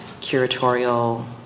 curatorial